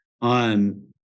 on